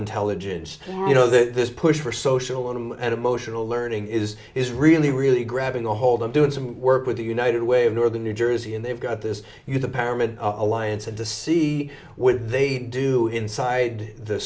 intelligence you know this push for social and emotional learning is is really really grabbing ahold of doing some work with the united way of northern new jersey and they've got this you're the parent alliance and to see what they do inside the